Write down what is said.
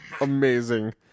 Amazing